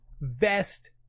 vest